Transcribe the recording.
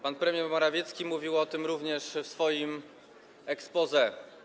Pan premier Morawiecki mówił o tym również w swoim exposé.